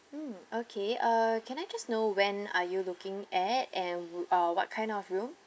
mm okay uh can I just know when are you looking at and uh what kind of room